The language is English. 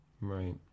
Right